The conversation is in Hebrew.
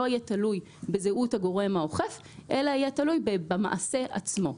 לא יהיה תלוי בזהות הגורם האוכף אלא יהיה תלוי במעשה עצמו.